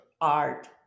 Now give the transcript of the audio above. art